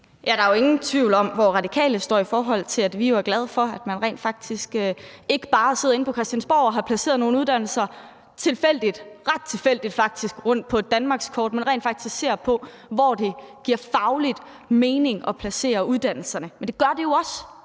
Der er jo ingen tvivl om, hvor Radikale står, for vi er glade for, at man rent faktisk ikke bare sidder inde på Christiansborg og har placeret nogle uddannelser tilfældigt – ret tilfældigt faktisk – på et danmarkskort, men rent faktisk ser på, hvor det giver faglig mening at placere uddannelserne. Men det gør det jo også,